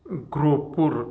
ग्रोपूर